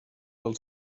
del